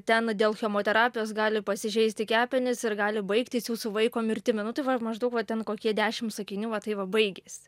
ten dėl chemoterapijos gali pasižeisti kepenys ir gali baigtis jūsų vaiko mirtimi nu tai va maždaug va ten kokie dešim sakinių va taip va baigėsi